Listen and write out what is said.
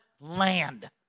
land